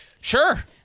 Sure